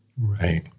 Right